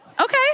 Okay